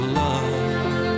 love